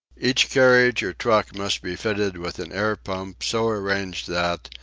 each carriage or truck must be fitted with an air-pump so arranged that,